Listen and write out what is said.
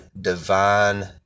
divine